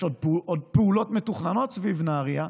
יש עוד פעולות מתוכננות סביב נהריה,